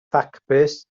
ffacbys